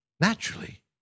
Naturally